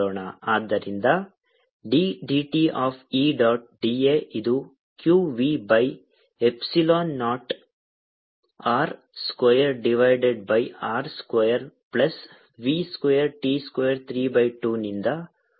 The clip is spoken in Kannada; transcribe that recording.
ಆದ್ದರಿಂದ d dt of E dot da ಇದು q v by epsilon naught R square divided by R square plus v square t square 3 by 2 ನಿಂದ ಹೊರಬರುತ್ತದೆ